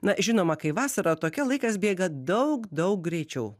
na žinoma kai vasara tokia laikas bėga daug daug greičiau